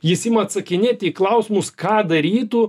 jis ima atsakinėti į klausimus ką darytų